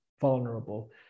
vulnerable